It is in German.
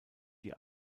die